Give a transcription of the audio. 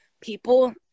people